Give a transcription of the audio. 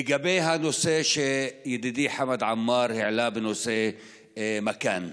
לגבי הנושא שידידי חמד עמאר העלה, נושא "מכאן",